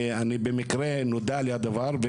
כשבמקרה נודע לי הדבר.